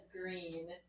green